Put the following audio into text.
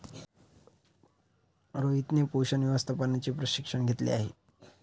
रोहितने पोषण व्यवस्थापनाचे प्रशिक्षण घेतले आहे